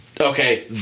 Okay